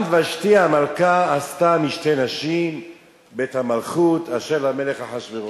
גם ושתי המלכה עשתה משתה נשים בבית המלכות אשר למלך אחשוורוש.